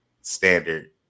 standard